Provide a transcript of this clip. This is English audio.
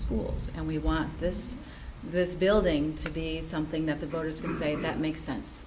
cool and we want this this building to be something that the voters say that makes sense